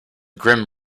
grim